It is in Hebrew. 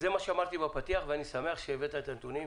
שאמרתי בפתיח ואני שמח שהבאת את הנתונים.